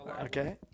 Okay